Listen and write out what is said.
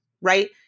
right